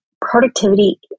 productivity